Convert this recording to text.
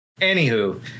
Anywho